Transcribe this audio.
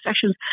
sessions